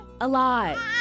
alive